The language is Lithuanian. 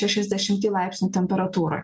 šešiasdešimtį laipsnių temperatūroj